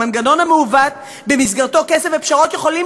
את המנגנון המעוות שבמסגרתו כסף ופשרות יכולים